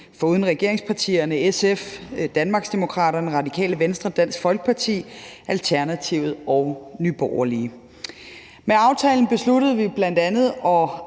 foruden regeringspartierne – SF, Danmarksdemokraterne, Radikale Venstre, Dansk Folkeparti, Alternativet og Nye Borgerlige. Med aftalen besluttede vi bl.a. at